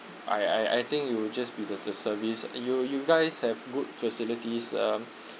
I I I think you just give better service you you guys have good facilities um